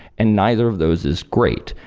and neither of those is great.